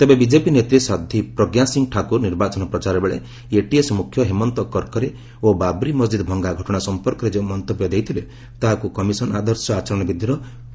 ତେବେ ବିଜେପି ନେତ୍ରୀ ସାଧ୍ୱୀ ପ୍ରଜ୍ଞା ସିଂ ଠାକୁର ନିର୍ବାଚନ ପ୍ରଚାର ବେଳେ ଏଟିଏସ୍ ମୁଖ୍ୟ ହେମନ୍ତ କର୍କରେ ଓ ବାବ୍ରି ମସ୍ଜିଦ୍ ଭଙ୍ଗ ଘଟଣା ସଂପର୍କରେ ଯେଉଁ ମନ୍ତବ୍ୟ ଦେଇଥିଲେ ତାହାକୁ କମିଶନ ଆଦର୍ଶ ଆଚରଣ ବିଧିର ଉଲ୍ଲୁଘନ ବୋଲି ଦର୍ଶାଇଛନ୍ତି